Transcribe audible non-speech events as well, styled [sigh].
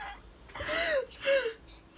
[laughs]